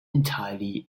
entirely